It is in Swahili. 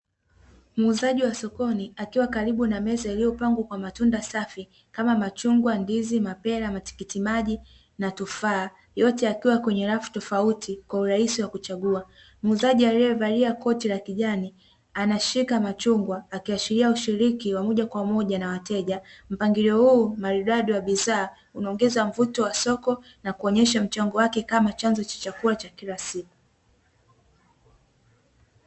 Muuzaji wa sokoni, akiwa karibu na meza iliyopangwa kwa matunda safi kama: machungwa, ndizi, mapera, matikiti maji na tufaa, yote yakiwa kwenye rafu tofauti kwa urahisi wa kuchagua, muuzaji aliyevalia koti la kijani anashika machungwa, akiashiria ushiriki wa moja kwa moja na wateja. Mpangilio huu maridadi wa bidhaa unaongeza mvuto wa soko na kuonyesha mchango wake kama chanzo cha chakula cha kila siku.